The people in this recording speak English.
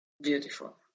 Beautiful